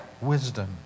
wisdom